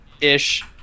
ish